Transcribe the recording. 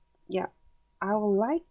yup I would like